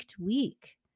week